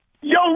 Yo